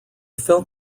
felt